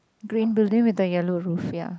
green blue then with the yellow raffia